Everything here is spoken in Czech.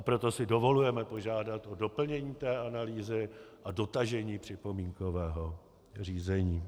Proto si dovolujeme požádat o doplnění analýzy a dotažení připomínkového řízení.